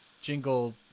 Jingle